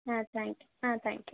ஆ thank you ஆ thank you